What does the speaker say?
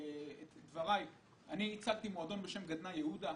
ייצגתי מועדון בשם גדנ"ע יהודה,